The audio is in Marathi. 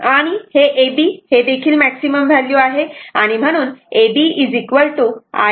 आणि हे AB हे देखील मॅक्सिमम व्हॅल्यू आहे म्हणून इथे देखील AB m sin θ होईल